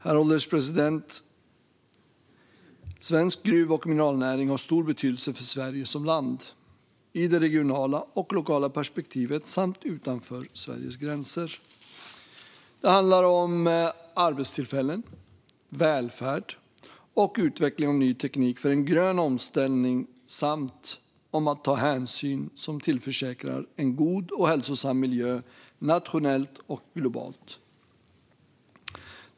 Herr ålderspresident! Svensk gruv och mineralnäring har stor betydelse för Sverige som land, i det regionala och lokala perspektivet samt utanför Sveriges gränser. Det handlar om arbetstillfällen, välfärd och utveckling av ny teknik för en grön omställning samt om att ta hänsyn som tillförsäkrar en god och hälsosam miljö nationellt och globalt.